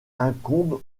incombe